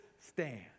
stand